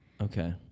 okay